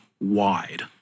wide